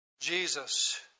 Jesus